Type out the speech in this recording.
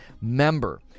member